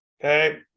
okay